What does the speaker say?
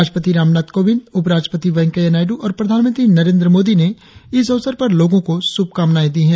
राष्ट्रपति रामनाथ कोविंद उपराष्ट्रपति वेंकैया नायडू और प्रधानमंत्री नरेंद्र मोदी ने इस अवसर पर लोगों को शुभकामनाएं दी है